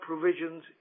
provisions